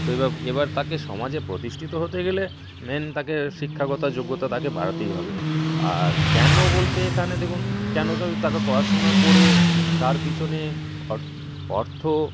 তো এবাব এবার তাকে সমাজে প্রতিষ্ঠিত হতে গেলে মেন তাকে শিক্ষাগতা যোগ্যতা তাকে বাড়াতেই হবে আর কেন বলতে এখানে দেখুন কেন কারণ তাকে পড়াশোনা করে তার পিছনে অর অর্থ